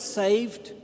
saved